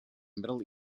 middle